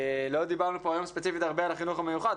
לא דיברנו פה היום ספציפית הרבה על החינוך המיוחד,